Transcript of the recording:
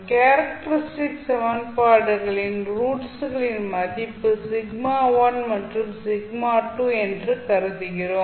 characteristic சமன்பாடுளின் roots களின் மதிப்பு மற்றும் என்று கருதுகிறோம்